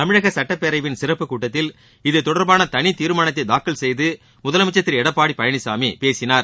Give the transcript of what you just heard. தமிழக சுட்டப்பேரவையின் சிறப்புக் கூட்டத்தில் இது தொடர்பான தனி தீர்மானத்தை தாக்கல் செய்து முதலமைச்சர் திரு எடப்பாடி பழனிசாமி பேசினார்